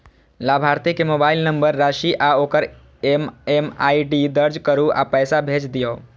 लाभार्थी के mobile number, राशि आ ओकर एम.एम.आई.डी दर्ज करू आ पैसा भेज दियौ